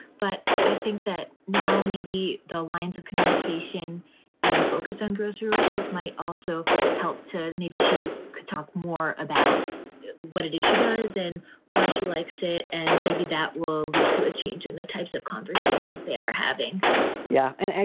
but i think that now maybe the lines of communication and focus on gross triggers might also help to maybe she could talk more about what it is she does and why she likes it. and maybe that will lead to a change in the types of conversations they are having yeah. and,